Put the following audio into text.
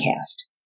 Cast